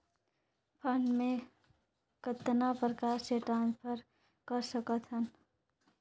Fund मे कतना प्रकार से ट्रांसफर कर सकत हन?